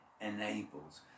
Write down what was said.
enables